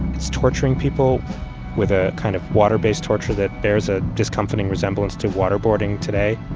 it's torturing people with a kind of water-based torture that there's a discomforting resemblance to waterboarding today.